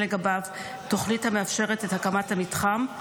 לגביו תוכנית המאפשרת את הקמת המתחם,